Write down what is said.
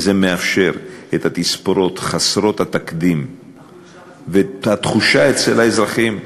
וזה מאפשר את התספורות חסרות התקדים ואת התחושה אצל האזרחים,